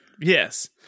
Yes